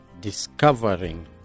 discovering